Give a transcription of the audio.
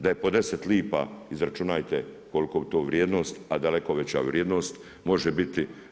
Da je po 10 lipa izračunajte kolika je to vrijednost, a daleko veća vrijednost može biti.